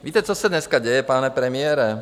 Víte, co se dneska děje, pane premiére?